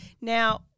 Now